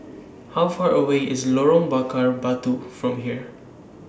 How Far away IS Lorong Bakar Batu from here